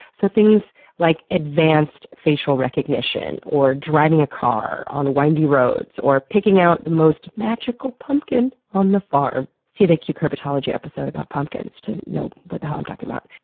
so things like advanced facial recognition, or driving a car on windy roads, or picking out the most magical pumpkin on the farm. see the cucurbitology episode about pumpkins to know what the hell i'm talking about.